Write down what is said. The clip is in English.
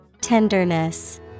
Tenderness